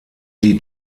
die